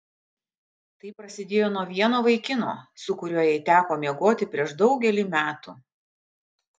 tai prasidėjo nuo vieno vaikino su kuriuo jai teko miegoti prieš daugelį metų